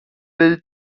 will